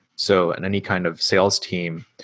so and any kind of sales team,